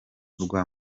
rwa